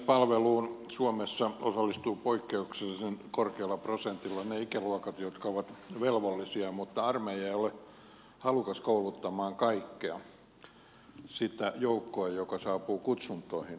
varusmiespalveluun suomessa osallistuvat poikkeuksellisen korkealla prosentilla ne ikäluokat jotka ovat velvollisia mutta armeija ei ole halukas kouluttamaan kaikkea sitä joukkoa joka saapuu kutsuntoihin